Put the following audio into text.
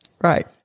Right